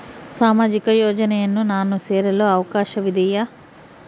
ಸಾಮಾಜಿಕ ಯೋಜನೆಯನ್ನು ನಾನು ಸೇರಲು ಅವಕಾಶವಿದೆಯಾ?